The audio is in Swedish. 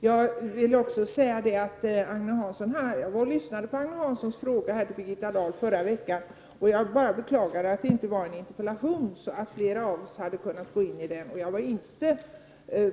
Jag vill också säga att jag lyssnade på debatten kring Agne Hanssons fråga till Birgitta Dahl förra veckan. Jag beklagar att det inte var en interpellation så att flera av oss hade kunnat gå in i den debatten.